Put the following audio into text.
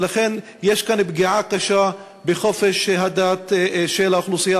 ולכן יש כאן פגיעה קשה בחופש הדת של האוכלוסייה